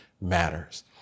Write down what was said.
matters